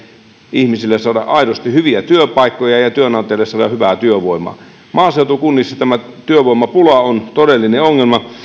ihmisille saada aidosti hyviä työpaikkoja ja ja työnantajalle saadaan hyvää työvoimaa maaseutukunnissa työvoimapula on todellinen ongelma